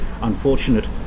unfortunate